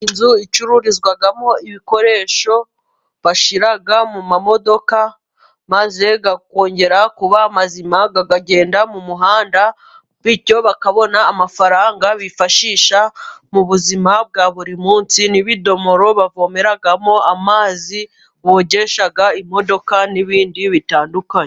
Inzu icururizwamo ibikoresho bashyira mu modoka, maze ikongera kuba nzima ikagenda mu muhanda, bityo bakabona amafaranga bifashisha mu buzima bwa buri munsi n'ibidomoro bavomeramo amazi bogesha imodoka n'ibindi bitandukanye.